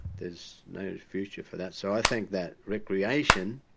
there's no future for that. so i think that recreation,